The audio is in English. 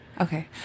Okay